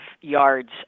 yards